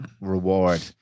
reward